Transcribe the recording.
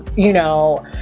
you know,